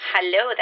Hello